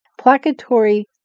placatory